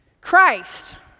Christ